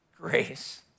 grace